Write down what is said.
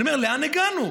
אני אומר, לאן הגענו?